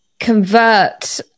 convert